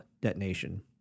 detonation